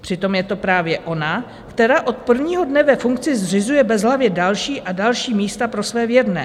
Přitom je to právě ona, která od prvního dne ve funkci zřizuje bezhlavě další a další místa pro své věrné.